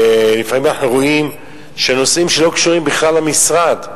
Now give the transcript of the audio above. ולפעמים אנחנו רואים שנושאים שלא קשורים בכלל למשרד,